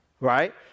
Right